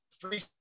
three